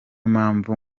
mpamvu